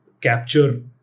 capture